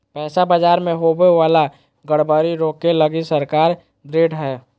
पैसा बाजार मे होवे वाला गड़बड़ी रोके लगी सरकार ढृढ़ हय